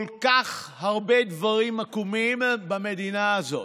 כל כך הרבה דברים עקומים במדינה הזאת.